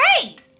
Great